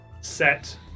set